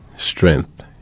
strength